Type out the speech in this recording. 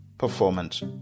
performance